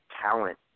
talent